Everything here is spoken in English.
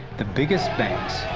the biggest banks,